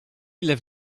ile